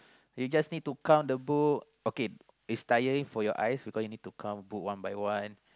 you just need to count the book okay it's tiring for your eyes because you need to count book one by one